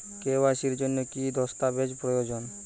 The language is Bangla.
কে.ওয়াই.সি এর জন্যে কি কি দস্তাবেজ প্রয়োজন?